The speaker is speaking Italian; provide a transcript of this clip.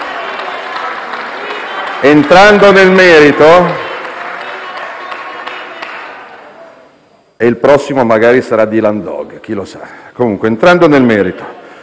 Entrando nel merito,